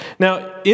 Now